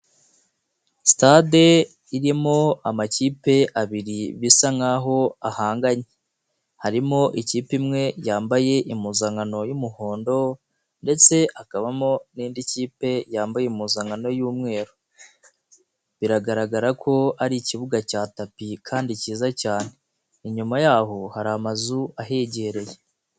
Sitade irimo amakipe abiri bisa nk'aho ahanganye, harimo ikipe imwe yambaye impuzankano y'umuhondo ndetse hakabamo n'indi kipe yambaye impuzankano y'umweru, biragaragara ko ari ikibuga cya tapi kandi kiza cyane, inyuma yaho hari amazu ahegereye.